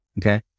Okay